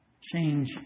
Change